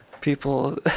People